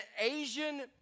Asian